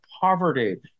poverty